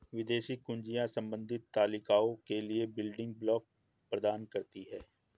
विदेशी कुंजियाँ संबंधित तालिकाओं के लिए बिल्डिंग ब्लॉक प्रदान करती हैं